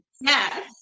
Yes